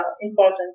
important